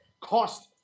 cost